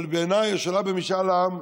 אבל בעיניי השאלה במשאל עם,